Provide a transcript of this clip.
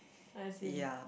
as in